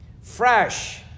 fresh